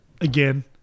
Again